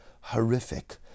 horrific